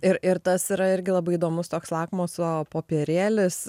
ir ir tas yra irgi labai įdomus toks lakmuso popierėlis